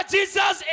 Jesus